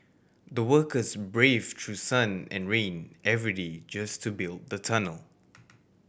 the workers braved through sun and rain every day just to build the tunnel